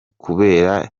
kubera